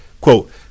Quote